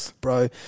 bro